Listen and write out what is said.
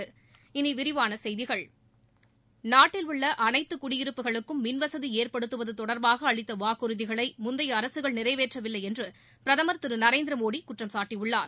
இனி விரிவான செய்திகள் நாட்டிலுள்ள அனைத்து ஞ்டியிருப்புகளுக்கும் மின்வசதி ஏற்படுத்துவது தொடர்பாக அளித்த வாக்குறதிகளை முந்தைய அரசுகள் நிறைவேற்றவில்லை என்று பிரதமர் திரு நரேந்திர மோடி குற்றம் சாட்டினார்